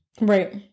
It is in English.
Right